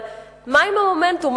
אבל מה עם המומנטום?